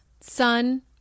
sun